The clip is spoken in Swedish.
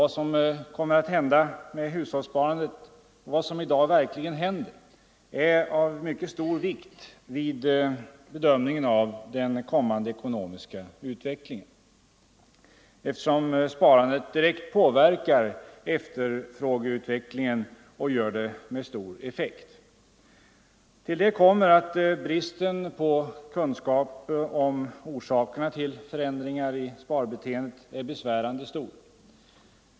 Vad som kommer att hända med hushållssparandet — och vad som i dag i verkligheten händer — är av mycket stor vikt vid bedömningen av den kommande ekonomiska utvecklingen, eftersom sparandet direkt påverkar efterfrågeutvecklingen och gör det med stor effekt. Till detta kommer att bristen på kunskap om orsakerna till förändringar i sparbeteendet är besvärande stor.